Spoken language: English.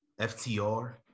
FTR